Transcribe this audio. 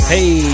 Hey